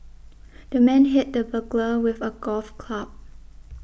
the man hit the burglar with a golf club